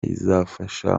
izafasha